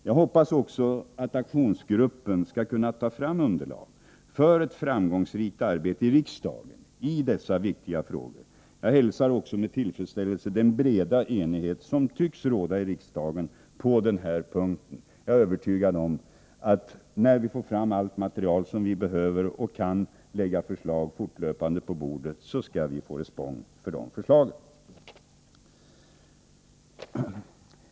Jag hoppas också att aktionsgruppen skall kunna ta fram underlag för ett framgångsrikt arbete i riksdagen i dessa viktiga frågor. Jag hälsar med tillfredsställelse den breda enighet som på denna punkt tycks råda i riksdagen. Jag är övertygad om att vi, när vi får fram allt material som behövs och fortlöpande kan lägga förslag på riksdagens bord, kommer att få respons för dessa förslag.